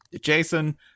Jason